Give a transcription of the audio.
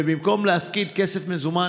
ובמקום להפקיד כסף מזומן,